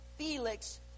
Felix